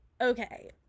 okay